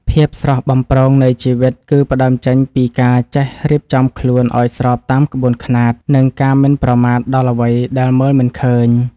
ភាពស្រស់បំព្រងនៃជីវិត គឺផ្តើមចេញពីការចេះរៀបចំខ្លួនឱ្យស្របតាមក្បួនខ្នាត និងការមិនប្រមាថដល់អ្វីដែលមើលមិនឃើញ។